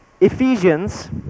Ephesians